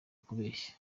kubeshya